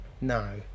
no